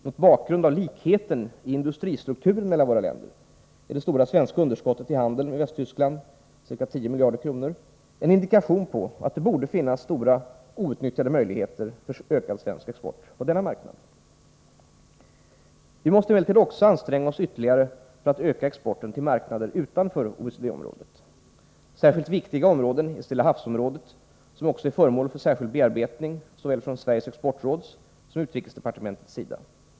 Mot bakgrund av likheten i industristrukturen mellan våra länder är det stora svenska underskottet i handeln med Västtyskland — ca 10 miljarder kronor — en indikation på att det borde finnas stora outnyttjade möjligheter för ökad svensk export på denna marknad. Vi måste emellertid också anstränga oss ytterligare för att öka exporten till marknader utanför OECD-området. Särskilt viktiga områden finns i Stilla havs-området, som också är föremål för särskild bearbetning såväl från Sveriges exportråds som utrikesdepartementets sida.